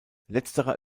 letzterer